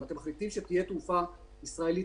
אם אתם מחליטים שתהיה תעופה ישראלית,